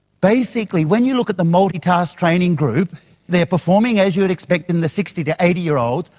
basically when you look at the multitask training group they are performing as you would expect in the sixty to eighty year olds.